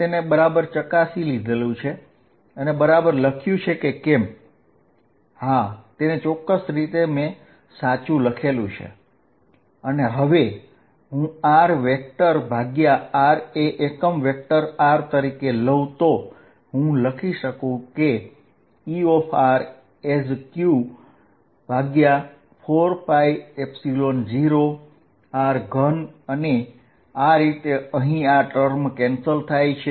તે ચકાસતા યોગ્ય માલુમ પડે છે